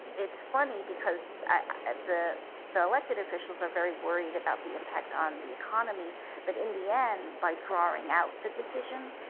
it's funny because ah the the elected officials are very worried about the impact on the economy but in the end, by drawing out the decision,